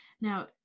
Now